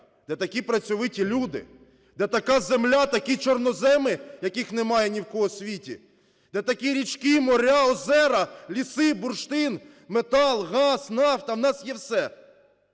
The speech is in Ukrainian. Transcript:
де такі працьовиті люди, де така земля, такі чорноземи, яких немає ні в кого в світі. Де такі річки, моря, озера, ліси, бурштин, метал, газ, нафта. У нас є все.